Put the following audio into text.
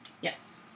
Yes